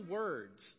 words